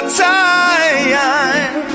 time